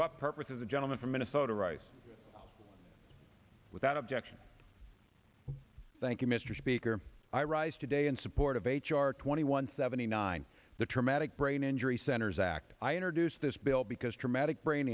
what purpose of the gentleman from minnesota writes without objection thank you mr speaker i rise today in support of h r twenty one seventy nine the traumatic brain injury centers act i introduced this bill because traumatic brain